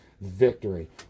victory